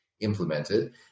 implemented